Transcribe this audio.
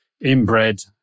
inbred